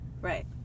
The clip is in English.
Right